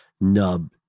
Nub